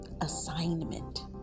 assignment